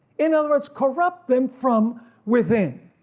in other words corrupt them from within.